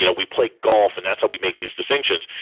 you know we play golf. and that's how we make these distinctions.